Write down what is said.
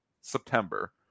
September